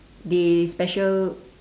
they special